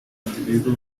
individuo